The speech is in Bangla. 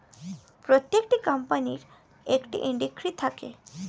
প্রতিটা কোম্পানির একটা ইন্ডেক্স থাকে